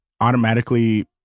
automatically